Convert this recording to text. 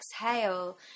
exhale